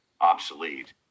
obsolete